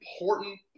important